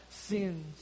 sins